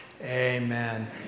Amen